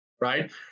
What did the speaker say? right